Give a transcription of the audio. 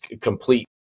complete